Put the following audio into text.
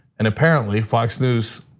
and apparently, fox news,